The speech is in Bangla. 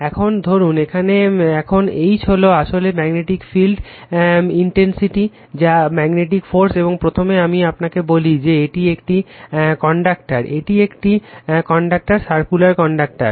এখন ধরুন এখানে এখন H হলো আসলে ম্যাগনেটিক ফিল্ড ইনটেনসিটি বা ম্যাগনেটিক ফোর্স এবং প্রথমে আমি আপনাকে বলি যে এটি একটি কন্ডাক্টার এটি একটি কন্ডাক্টার সার্কুলার কন্ডাক্টার